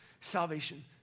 salvation